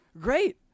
Great